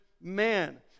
man